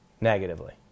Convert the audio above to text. negatively